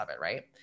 right